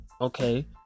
Okay